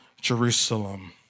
Jerusalem